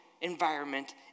environment